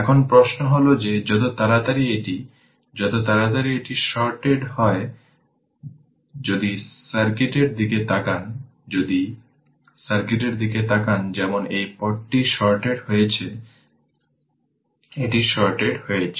এখন প্রশ্ন হল যে যত তাড়াতাড়ি এটি যত তাড়াতাড়ি এটি শর্টেড হয় যদি সার্কিটের দিকে তাকান যদি সার্কিটের দিকে তাকান যেমন এই পথটি শর্টেড হয়েছে যেমন এই পথটি শর্টেড হয়েছে এটি শর্টেড হয়েছে